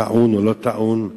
טעון או לא טעון,